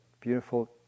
beautiful